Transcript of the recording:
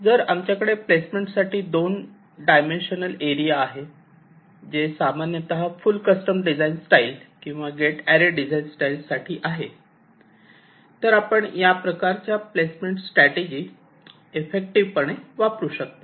जर आमच्याकडे प्लेसमेंटसाठी 2 डायमेन्शनल एरिया आहे जे सामान्यत फुल कस्टम डिझाइन स्टाईल किंवा गेट अॅरे डिझाइन स्टाईल साठी आहे तर आपण या प्रकारच्या प्लेसमेंट स्ट्रॅटजी ईफेक्टिव्ह पणे वापरू शकता